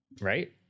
Right